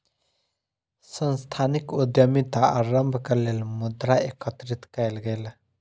सांस्थानिक उद्यमिता आरम्भक लेल मुद्रा एकत्रित कएल गेल